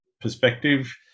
perspective